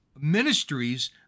ministries